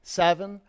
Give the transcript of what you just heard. seven